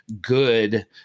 good